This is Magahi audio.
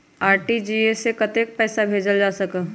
आर.टी.जी.एस से कतेक पैसा भेजल जा सकहु???